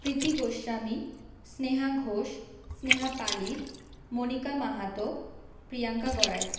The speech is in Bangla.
প্রীতি গোস্বামী স্নেহা ঘোষ স্নেহা পালিত মনিকা মাহাতো প্রিয়াঙ্কা গড়াই